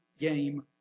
game